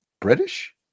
British